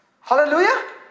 Hallelujah